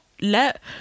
let